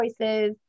choices